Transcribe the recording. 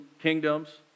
kingdoms